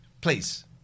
please